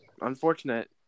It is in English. Unfortunate